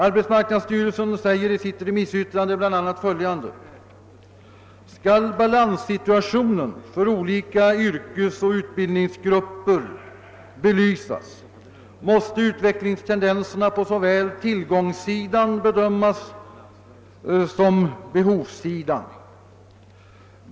Statistiska centralbyrån säger i sitt remissyttrande bl.a.: »Skall balanssituationen för olika yrkesoch utbildningsgrupper belysas måste utvecklingstendenserna på såväl tillgångssidan bedömas som behovssidan.